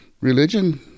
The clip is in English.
religion